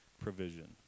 provision